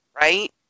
Right